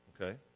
okay